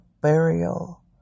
burial